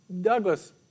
Douglas